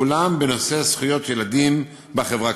כולם בנושא זכויות ילדים בחברה,